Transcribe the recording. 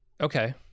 Okay